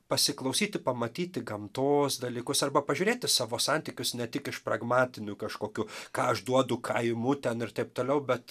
pasiklausyti pamatyti gamtos dalykus arba pažiūrėti savo santykius ne tik iš pragmatinių kažkokių ką aš duodu ką imu ten ir taip toliau bet